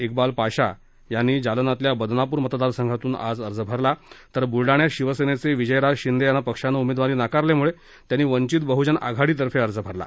विबाल पाशा यांनी जालनातल्या बदनापूर मतदारसंघातून आज अर्ज भरला तर बुलडाण्यात शिवसेनेचे विजयराज शिंदे यांना पक्षानं उमेदवारी नाकारल्यामुळे त्यांनी वंचित बह्जन आघाडीतर्फे अर्ज भरला